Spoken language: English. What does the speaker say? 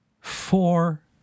four